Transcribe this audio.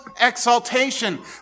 exaltation